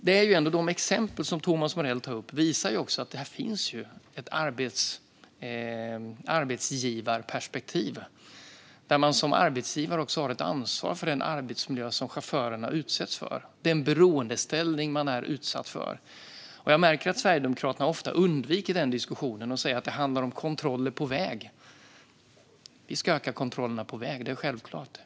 De exempel som Thomas Morell tar upp visar att det finns ett arbetsgivarperspektiv. Som arbetsgivare har man ett ansvar för den arbetsmiljö som chaufförerna utsätts för och den beroendeställning som de är i. Jag märker att Sverigedemokraterna ofta undviker denna diskussion och säger att det handlar om kontroller på vägarna. Vi ska öka kontrollerna på vägarna; det är självklart.